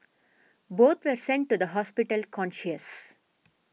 both were sent to the hospital conscious